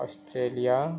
Australia